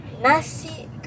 nasi